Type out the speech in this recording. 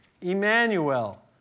Emmanuel